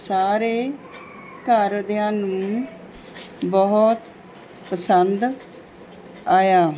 ਸਾਰੇ ਘਰਦਿਆਂ ਨੂੰ ਬਹੁਤ ਪਸੰਦ ਆਇਆ